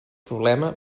problema